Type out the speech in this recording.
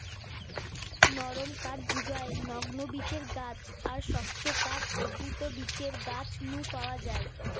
নরম কাঠ জুগায় নগ্নবীজের গাছ আর শক্ত কাঠ আবৃতবীজের গাছ নু পাওয়া যায়